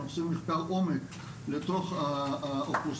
אנחנו עושים מחקר עומק לתוך האוכלוסייה